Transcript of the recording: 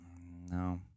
No